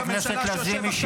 חברת הכנסת לזימי,